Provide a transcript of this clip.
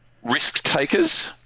risk-takers